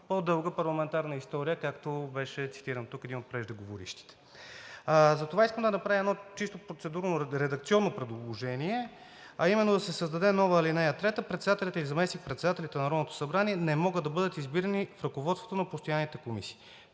по-дълга парламентарна история, както беше цитиран един от преждеговорившите. Затова искам да направя едно чисто процедурно редакционно предложение, а именно да се създаде нова ал. 3: „Председателите и заместник-председателите на Народното събрание не могат да бъдат избирани в ръководството на постоянните комисии.“